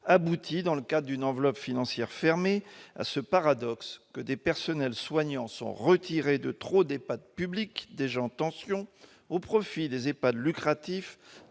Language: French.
aboutit dans le cadre d'une enveloppe financière fermée à ce paradoxe que des personnels soignants sont retirés de trop nombreux EHPAD publics, déjà en tension, au profit des EHPAD lucratifs,